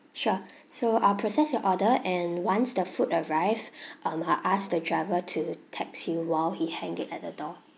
sure so I'll process your order and once the food arrive um I'll ask the driver to text you while he hang it at the door